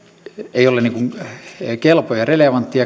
ei ole kelpo ja relevantti